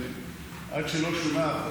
ועד שלא שונה החוק,